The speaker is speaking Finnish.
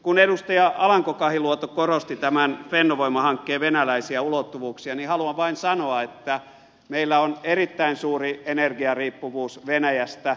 kun edustaja alanko kahiluoto korosti tämän fennovoima hankkeen venäläisiä ulottuvuuksia niin haluan vain sanoa että meillä on erittäin suuri energiariippuvuus venäjästä